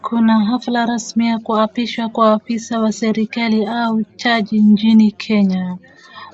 Kuna hafla rasmi ya kuapishwa kwa afisa wa serikali au jaji nchini Kenya.